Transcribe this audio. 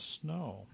snow